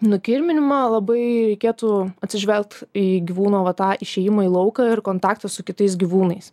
nukirminimą labai reikėtų atsižvelgt į gyvūno va tą išėjimą į lauką ir kontaktų su kitais gyvūnais